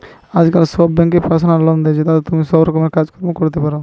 আজকাল সব বেঙ্কই পার্সোনাল লোন দে, জেতাতে তুমি সব রকমের কাজ কর্ম করতে পারবা